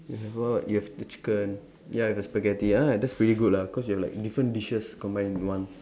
you have the you have the chicken ya and the spaghetti ya that's pretty good lah cause you have like different dishes combined into one